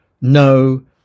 no